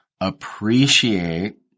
appreciate